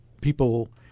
people